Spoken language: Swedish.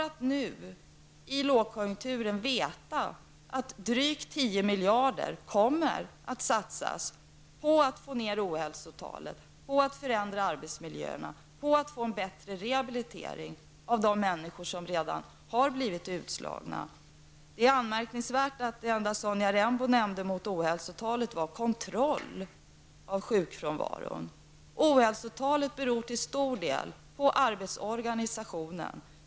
Nu, under lågkonjunkturen, vet vi att man kommer att satsa drygt tio miljarder på att få ned ohälsotalet, på att förändra arbetsmiljöerna och på att få en bättre rehabilitering av de människor som redan har blivit utslagna. Det är anmärkningsvärt att den enda åtgärd Sonja Rembo nämnde för att få ned ohälsotalet var kontroll av sjukfrånvaron. Ohälsotalet beror till stor del på arbetsorganisationen.